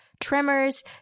tremors